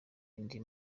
indi